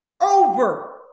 over